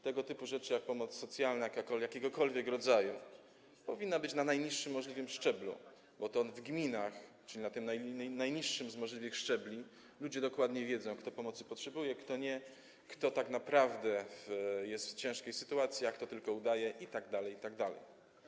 Tego typu rzeczy jak pomoc socjalna jakiegokolwiek rodzaju powinny być na najniższym możliwym szczeblu, bo to w gminach, czyli na tym najniższym z możliwych szczebli, ludzie dokładnie wiedzą, kto pomocy potrzebuje, kto nie, kto tak naprawdę jest w ciężkiej sytuacji, a kto tylko udaje itd., itd.